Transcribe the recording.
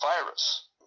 virus